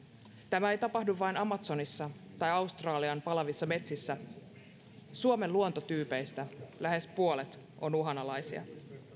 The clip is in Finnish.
tämä ei tapahdu vain amazonissa tai australian palavissa metsissä suomen luontotyypeistä lähes puolet on uhanalaisia